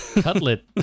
Cutlet